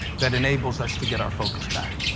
that enables us to get our focus back.